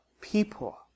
people